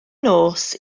nos